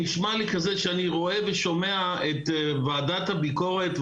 נשמע לי כזה שאני רואה ושומע את ועדת הביקורת,